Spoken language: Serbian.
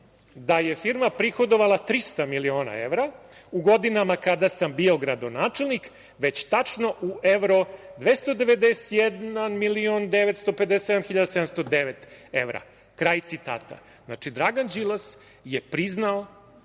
da je firma prihodovala 300 miliona evra u godinama kada sam bio gradonačelnik, već tačno u evro 291. 957. 709 evra, kraj citata. Znači, Dragan Đilas je priznao